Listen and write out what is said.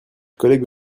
collègue